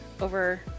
over